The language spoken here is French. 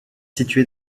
située